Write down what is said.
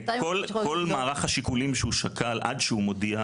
את כל מערך השיקולים שהוא שקל עד שהוא מודיע,